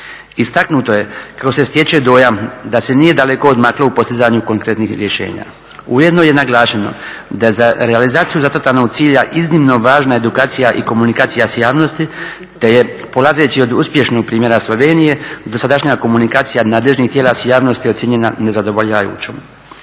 Istaknuto je kako se stječe dojam da se nije daleko odmaklo u postizanju konkretnih rješenja. Ujedno je naglašeno da za realizaciju zacrtanog cilja iznimno važna edukacija i komunikacija s javnosti, te je polazeći od uspješnog primjera Slovenije dosadašnja komunikacija nadležnih tijela s javnosti ocijenjena nezadovoljavajućom.